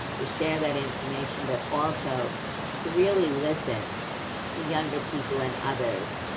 to share that information, but also to really listen to younger people and others,